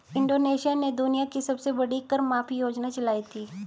Indonesia ने दुनिया की सबसे बड़ी कर माफी योजना चलाई थी